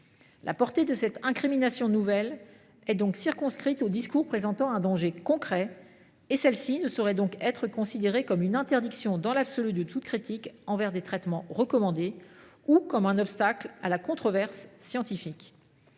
La portée de cette nouvelle incrimination est donc circonscrite aux discours présentant un danger concret ; celle ci ne saurait être considérée comme une interdiction, dans l’absolu, de toute critique envers des traitements recommandés ou comme un obstacle à la controverse scientifique.